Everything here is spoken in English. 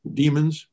demons